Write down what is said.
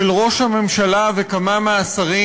של ראש הממשלה וכמה מהשרים,